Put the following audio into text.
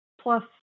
plus